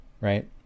right